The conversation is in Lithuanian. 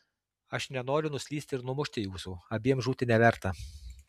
aš nenoriu nuslysti ir numušti jūsų abiem žūti neverta